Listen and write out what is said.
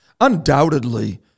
Undoubtedly